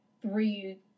three